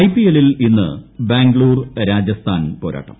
I പി എല്ലിൽ ഇന്ന് ബാംഗ്ലൂർ രാജസ്ഥാൻ പോരാട്ടം